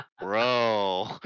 Bro